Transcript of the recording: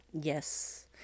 Yes